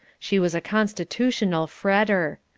she was a constitutional fretter.